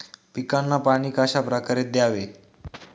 पिकांना पाणी कशाप्रकारे द्यावे?